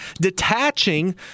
detaching